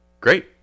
great